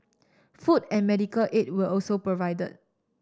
food and medical aid where also provide